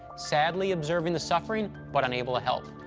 sadly observing the suffering, but unable to help.